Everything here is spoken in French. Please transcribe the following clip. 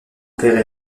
père